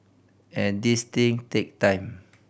and these thing take time